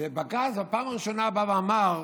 ובג"ץ בפעם הראשונה בא ואמר: